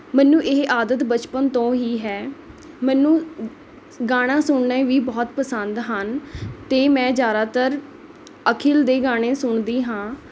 ਮੈਨੂੰ ਇਹ ਆਦਤ ਬਚਪਨ ਤੋਂ ਹੀ ਹੈ ਮੈਨੂੰ ਗਾਣਾ ਸੁਣਨੇ ਵੀ ਬਹੁਤ ਪਸੰਦ ਹਨ ਅਤੇ ਮੈਂ ਜ਼ਿਆਦਾਤਰ ਅਖਿਲ ਦੇ ਗਾਣੇ ਸੁਣਦੀ ਹਾਂ